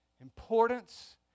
importance